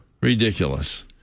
Ridiculous